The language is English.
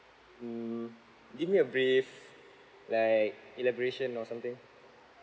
mm give me a brief like elaboration or something